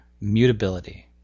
mutability